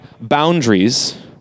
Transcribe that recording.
boundaries